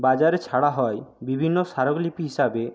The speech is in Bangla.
বাজারে ছাড়া হয় বিভিন্ন স্মারকলিপি হিসাবে